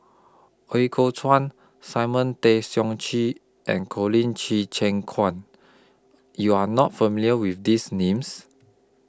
Ooi Kok Chuan Simon Tay Seong Chee and Colin Qi Chim Quan YOU Are not familiar with These Names